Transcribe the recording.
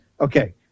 Okay